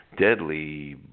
deadly